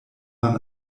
man